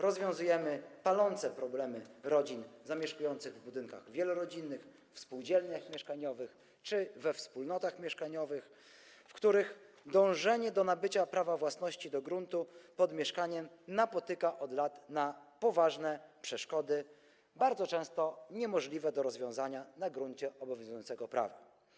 Rozwiązujemy palące problemy rodzin zamieszkujących w budynkach wielorodzinnych, w spółdzielniach mieszkaniowych czy we wspólnotach mieszkaniowych, w których dążenie do nabycia prawa własności do gruntu pod mieszkaniem napotyka od lat na poważne przeszkody, bardzo często niemożliwe do rozwiązania na gruncie obowiązującego prawa.